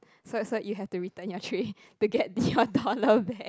so so you have to return your tray to get your dollar back